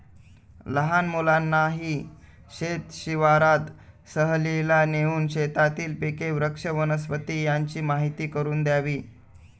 लहान मुलांनाही शेत शिवारात सहलीला नेऊन शेतातील पिके, वृक्ष, वनस्पती यांची माहीती करून द्यावी